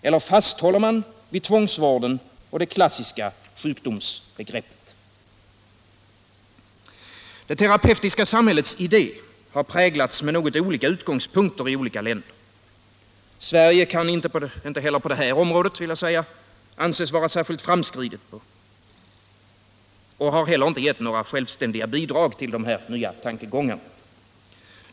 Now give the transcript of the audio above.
Eller fasthåller man vid tvångsvården och det klassiska sjukdomsbegreppet? Det terapeutiska samhällets idé har präglats med något olika utgångspunkter i olika länder. Sverige kan inte heller på det här området — vill jag säga — anses vara särskilt framskridet och har inte gett några självständiga bidrag till dessa nya tankegångar.